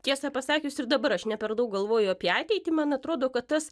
tiesą pasakius ir dabar aš ne per daug galvoju apie ateitį man atrodo kad tas